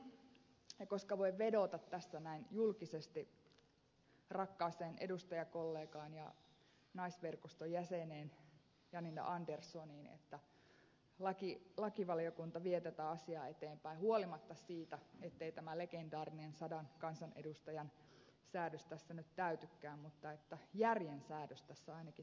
sydämestäni toivon koska voin vedota tässä näin julkisesti rakkaaseen edustajakollegaan ja naisverkoston jäseneen janina anderssoniin että lakivaliokunta vie tätä asiaa eteenpäin huolimatta siitä ettei tämä legendaarinen sadan kansanedustajan säädös tässä täytykään koska järjen säädös tässä ainakin täyttyy